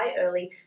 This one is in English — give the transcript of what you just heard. early